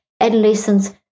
adolescence